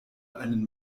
einen